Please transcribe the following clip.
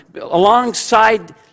alongside